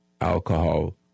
alcohol